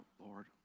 Lord